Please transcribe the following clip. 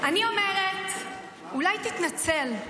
אני אומרת: אולי תתנצל.